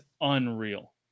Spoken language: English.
unreal